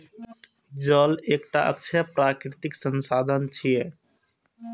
जल एकटा अक्षय प्राकृतिक संसाधन छियै